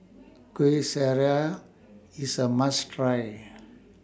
Kueh Syara IS A must Try